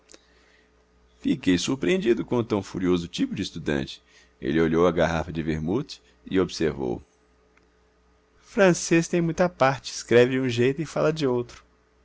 fiquei surpreendido com tão furioso tipo de estudante ele olhou a garrafa de vermouth e observou francês tem muita parte escreve de um jeito e fala de outro